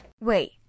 Wait